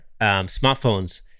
smartphones